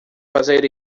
fazer